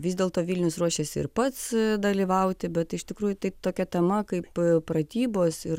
vis dėlto vilnius ruošiasi ir pats dalyvauti bet iš tikrųjų tai tokia tema kaip pratybos ir